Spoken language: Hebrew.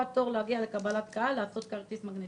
תור להגיע לקבלת קהל ולעשות כרטיס מגנטי.